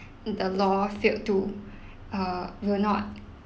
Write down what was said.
the law failed to uh will not